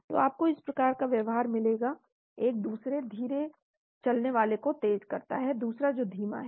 तो आपको इस प्रकार का व्यवहार मिलेगा एक दूसरे धीरे चलने वाले को तेज करता है दूसरा जो धीमा है